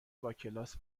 باکلاس